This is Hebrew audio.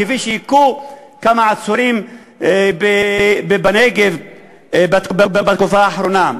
כפי שהכו כמה עצורים בנגב בתקופה האחרונה,